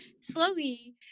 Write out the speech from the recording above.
slowly